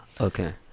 Okay